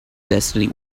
destiny